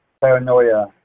Paranoia